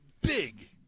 big